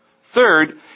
Third